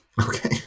okay